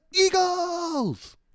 Eagles